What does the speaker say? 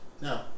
No